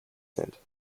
centre